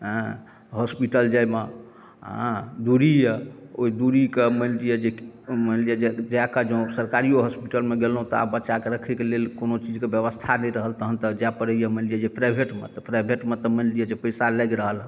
हँ हॉस्पिटल जायमे हँ दूरी यऽ ओहि दूरी कऽ मानि लिअ जे मानि लिअ जे जाए कऽ जँ सरकारियो हॉस्पिटलमे गेलहुँ तऽ आब बच्चा कऽ रखै कऽ लेल कोनो चीज कऽ व्यवस्था नहि रहल तहन तऽ जाए पड़ैया मानि लिअ जे प्राइभेटमे तऽ प्राइभेटमे तऽ मानि लिअ जे पैसा लागि रहल